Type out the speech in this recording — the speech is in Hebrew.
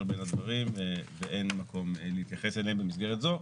בין הדברים ואין מקום להתייחס אליהם במסגרת זו.